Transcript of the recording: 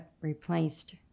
replaced